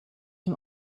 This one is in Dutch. van